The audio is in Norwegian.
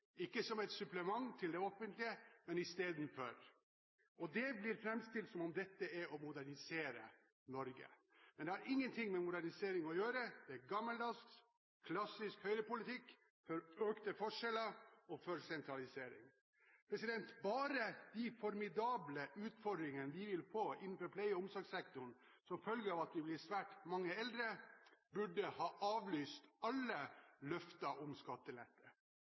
ikke som et supplement til det offentlige, men istedenfor. Det blir framstilt som om dette er å modernisere Norge, men det har ingenting med modernisering å gjøre. Det er gammeldags, klassisk høyrepolitikk for økte forskjeller og for sentralisering. Bare de formidable utfordringene vi vil få innenfor pleie- og omsorgssektoren som følge av at vi blir svært mange eldre, burde ha avlyst alle løfter om skattelette.